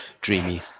dreamy